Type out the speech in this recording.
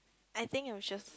I think it was just